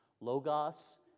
Logos